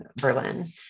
Berlin